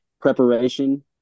preparation